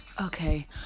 Okay